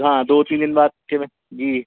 हाँ दो तीन दिन बाद के में जी